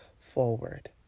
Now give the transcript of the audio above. forward